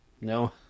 No